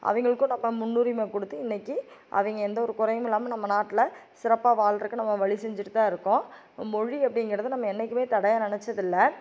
அவங்களுக்கும் நம்ம முன்னுரிமை கொடுத்து இன்னைக்கு அவங்க எந்த ஒரு குறையும் இல்லாமல் நம்ம நாட்டில் சிறப்பாக வாழ்றதுக்கு நம்ம வழி செஞ்சுட்டுதான் இருக்கோம் மொழி அப்டிங்கிறது நம்ம என்றைக்குமே தடையாக நினைச்சது இல்லை